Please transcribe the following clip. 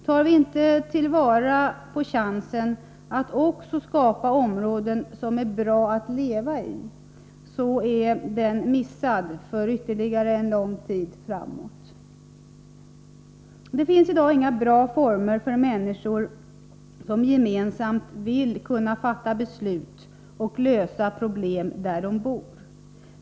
Tar vi inte vara på chansen att också skapa områden som är bra att leva i, så är den missad för ytterligare en lång tid framåt. Det finns i dag inga bra former för människor som gemensamt vill kunna fatta beslut och lösa problem där de bor.